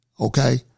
Okay